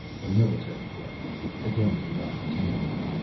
the military blow against the acquatainians.